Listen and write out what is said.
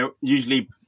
usually